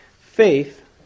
faith